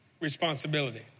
responsibility